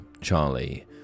Charlie